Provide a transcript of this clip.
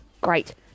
great